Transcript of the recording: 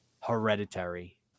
hereditary